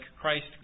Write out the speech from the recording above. Christ